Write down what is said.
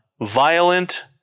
violent